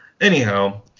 Anyhow